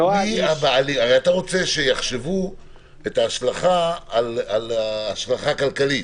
אתה הרי רוצה שיחשבו את ההשלכה כהשלכה כלכלית.